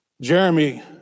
Jeremy